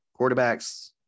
quarterbacks